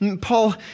Paul